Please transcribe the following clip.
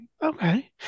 Okay